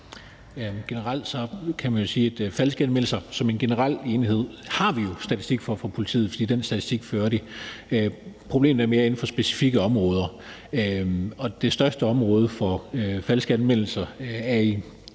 Generelt kan man jo sige, at falske anmeldelser som en generel enhed har vi jo statistik for fra politiet, for sådan en statistik fører de. Det er mere inden for de specifikke områder, at der er et problem. Den største andel af falske anmeldelser sker,